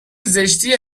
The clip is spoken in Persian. زشتی